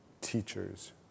teachers